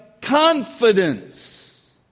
confidence